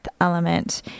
element